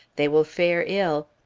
they will fare ill.